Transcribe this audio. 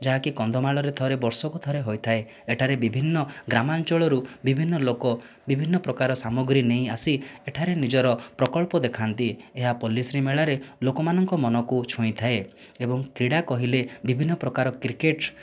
ଯାହାକି କନ୍ଧମାଳରେ ଥରେ ବର୍ଷକୁ ଥରେ ହୋଇଥାଏ ଏଠାରେ ବିଭିନ୍ନ ଗ୍ରାମାଞ୍ଚଳରୁ ବିଭିନ୍ନ ଲୋକ ବିଭିନ୍ନ ପ୍ରକାର ସାମଗ୍ରୀ ନେଇ ଆସି ଏଠାରେ ନିଜର ପ୍ରକଳ୍ପ ଦେଖାନ୍ତି ଏହା ପଲ୍ଲିଶ୍ରୀ ମେଳାରେ ଲୋକମାନଙ୍କ ମନକୁ ଛୁଇଁଥାଏ ଏବଂ କ୍ରୀଡ଼ା କହିଲେ ବିଭିନ୍ନ ପ୍ରକାର କ୍ରିକେଟ